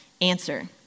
answer